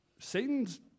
Satan's